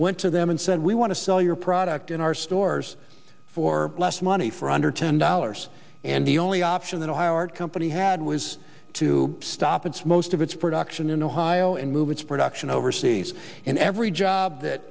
went to them and said we want to sell your product in our stores for less money for under ten dollars and the only option that a high art company had was to stop its most of its production in ohio and move its production overseas and every job